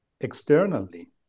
externally